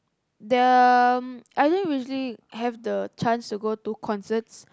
the I don't usually have the chance to go to concerts